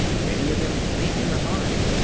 many of them leaving the hive.